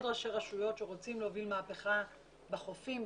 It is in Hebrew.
ראשי רשויות שרוצות להוביל מהפכה בחופים,